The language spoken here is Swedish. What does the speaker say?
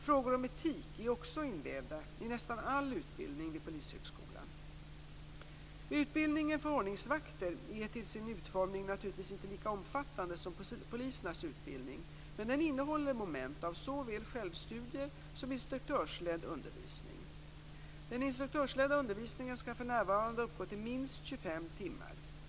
Frågor om etik är också invävda i nästan all utbildning vid Polishögskolan. Utbildningen för ordningsvakter är till sin utformning naturligtvis inte lika omfattande som polisernas utbildning, men den innehåller moment av såväl självstudier som instruktörsledd undervisning. Den instruktörsledda undervisningen skall för närvarande uppgå till minst 25 timmar.